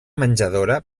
menjadora